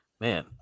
Man